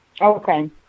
okay